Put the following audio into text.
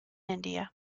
india